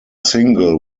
single